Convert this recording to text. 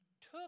took